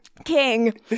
king